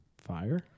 Fire